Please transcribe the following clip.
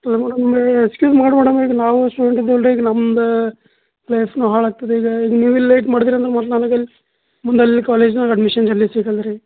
ಅದೇ ಮೇಡಮ್ ಮಾಡಿ ಮೇಡಮ್ ಈಗ ನಾವು ಸ್ಟೂಡೆಂಟ್ ಇದ್ದೇವೆ ಅಲ್ಲರಿ ಈಗ ನಮ್ದು ಲೈಫುನು ಹಾಳು ಆಗ್ತದೆ ಈಗ ಇನ್ನು ನೀವು ಇಲ್ಲಿ ಲೇಟ್ ಮಾಡದ್ರೆ ಮತ್ತೆ ನನಗೆ ಅಲ್ಲಿ ಮುಂದೆ ಅಲ್ಲಿ ಕಾಲೇಜಿನಲ್ಲಿ ಅಡ್ಮಿಶನ್ ಜಲ್ದಿ ಸಿಗಲ್ಲ ರೀ